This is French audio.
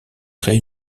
créé